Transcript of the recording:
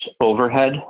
overhead